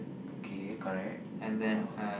okay correct !wow!